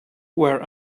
where